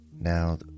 Now